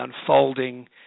unfolding